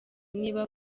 niba